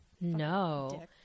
No